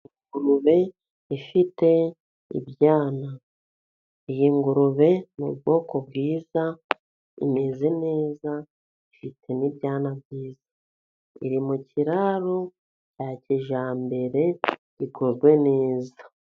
Ingurube ifite ibyana. Iyi ngurube ni ubwoko bwiza imeze neza, ifite n'ibyana byiza. Iri mu kiraro cya kijyambere gikozwe neza.